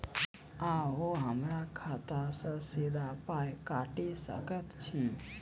अहॉ हमरा खाता सअ सीधा पाय काटि सकैत छी?